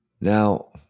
Now